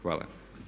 Hvala.